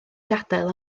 gadael